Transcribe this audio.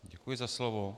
Děkuji za slovo.